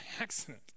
accident